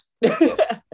Yes